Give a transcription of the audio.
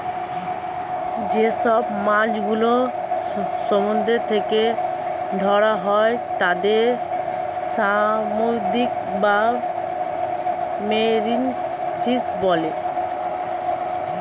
যে সব মাছ গুলো সমুদ্র থেকে ধরা হয় তাদের সামুদ্রিক বা মেরিন ফিশ বলে